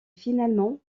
finalement